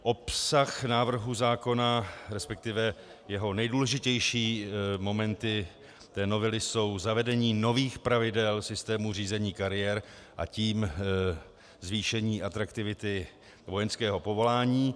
Obsah návrhu zákona, respektive nejdůležitější moment novely, je zavedení nových pravidel systému řízení kariér, a tím zvýšení atraktivity vojenského povolání.